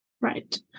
Right